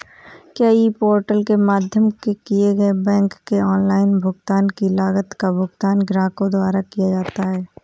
क्या e portal के माध्यम से किए गए बैंक के ऑनलाइन भुगतान की लागत का भुगतान ग्राहकों द्वारा किया जाता है?